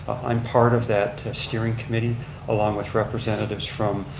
i'm part of that steering committee along with representatives from